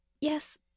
Yes